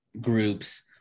groups